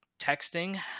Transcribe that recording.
texting